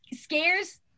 scares